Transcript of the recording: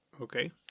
Okay